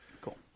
Cool